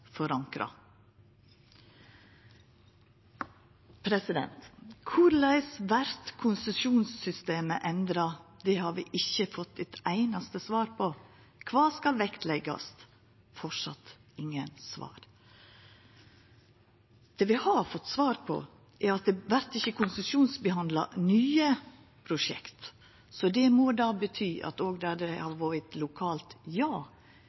forankra. Korleis vert konsesjonssystemet endra? Det har vi ikkje fått eit einaste svar på. Kva skal vektleggjast? Framleis ingen svar. Det vi har fått svar på, er at det vert ikkje konsesjonsbehandla nye prosjekt, så det må bety at òg der det har vore eit lokalt ja